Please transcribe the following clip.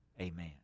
Amen